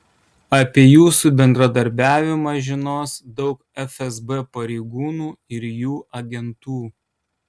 apie jūsų bendradarbiavimą žinos daug fsb pareigūnų ir jų agentų